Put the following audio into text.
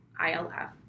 ILF